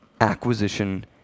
acquisition